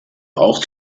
auch